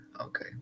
okay